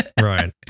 Right